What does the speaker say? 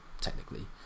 technically